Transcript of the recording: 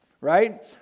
Right